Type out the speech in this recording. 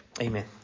Amen